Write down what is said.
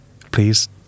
Please